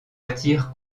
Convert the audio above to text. attire